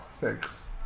thanks